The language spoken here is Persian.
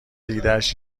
ایدهاش